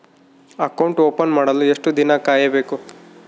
Account open ಮಾಡಲು ಎಷ್ಟು ದಿನ ಕಾಯಬೇಕು?